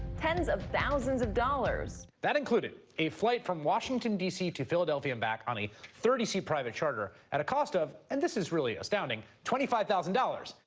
tens of thousands of dollars. that included a flight from washington, d c, to philadelphia and back on a thirty seat private charter at a cost of and this is really astounding twenty five thousand dollars.